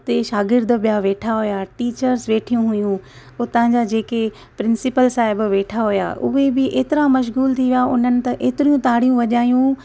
हुते शार्गिद पिया वेठा हुआ टीचर्स वेठी हुइयूं उता जा जेके प्रिंसिपल साहेब वेठा हुया उहे बि एतिरा मशगुलु थी विया हुननि त एतरियूं तारियूं वजायूं